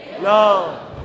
no